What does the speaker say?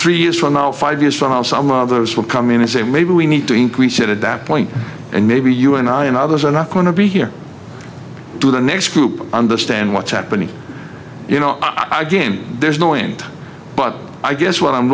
three years from now five years from now some of those will come in and say maybe we need to increase it at that point and maybe you and i and others are not going to be here to the next group understand what's happening you know i game there's no point but i guess what i'm